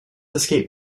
escape